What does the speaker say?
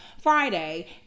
Friday